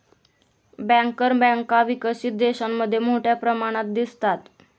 banker बँका विकसित देशांमध्ये मोठ्या प्रमाणात दिसतात